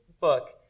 book